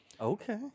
Okay